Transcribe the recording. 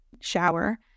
shower